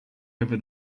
over